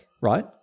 Right